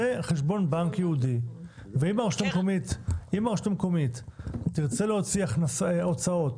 זה חשבון בנק ייעודי ואם הרשות המקומית תרצה להוציא הוצאות